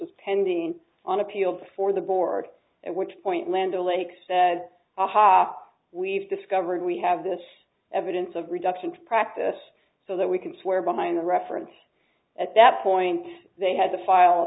was pending on appeal before the board at which point land o'lakes said aha we've discovered we have this evidence of reduction to practice so that we can swear behind the reference at that point they had to file